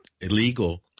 illegal